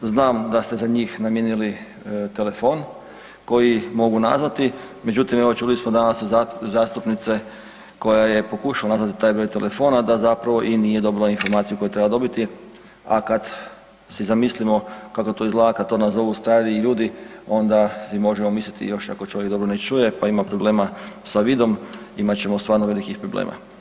Znam da ste za njih namijenili telefon koji mogu nazvati, međutim evo čuli smo danas od zastupnice koja je pokušala nazvati taj broj telefona da zapravo i nije dobila informaciju koju je trebala dobiti, a kad si zamislimo kako to izgleda kad to nazovu stariji ljudi onda si možemo misliti, još ako čovjek dobro ne čuje, pa ima problema sa vidom imat ćemo stvarno velikih problema.